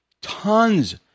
tons